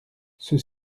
ceux